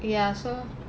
ya so